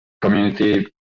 community